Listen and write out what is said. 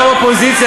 גם אופוזיציה,